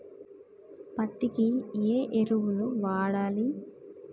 పత్తి కి ఏ ఎరువులు వాడాలి?